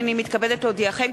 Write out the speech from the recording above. הנני מתכבדת להודיעכם,